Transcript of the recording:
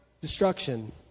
destruction